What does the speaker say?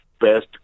best